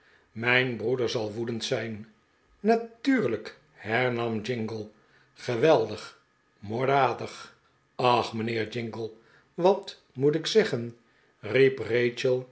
mijn broeder zal woedend zijn i natuurlijk hernam jingle geweldig moorddadig ach mijnheer jingle wat moet ik zeg